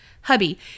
Hubby